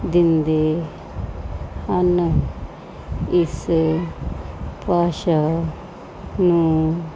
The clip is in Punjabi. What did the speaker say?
ਦਿੰਦੇ ਹਨ ਇਸ ਭਾਸ਼ਾ ਨੂੰ